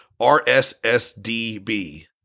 RSSDB